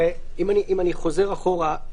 אם אני חוזר אחורה,